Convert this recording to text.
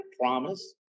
promise